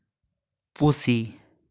ᱯᱩᱥᱤ